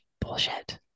bullshit